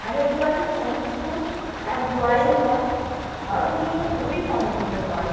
হাজারদুয়ারির চমক শুধু তার দুয়ারেই নয় ঘরগুলিও খুবই মনোমুগ্ধ কর